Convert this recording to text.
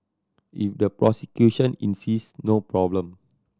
if the prosecution insist no problem